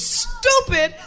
stupid